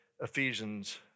Ephesians